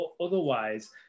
otherwise